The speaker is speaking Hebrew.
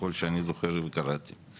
ככל שאני זוכר וככל שקראתי.